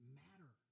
matter